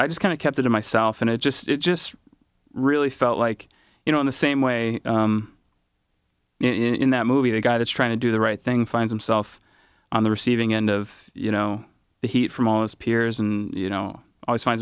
i just kind of kept it to myself and it just it just really felt like you know in the same way in that movie the guy that's trying to do the right thing finds himself on the receiving end of you know the heat from all those piers and you know always find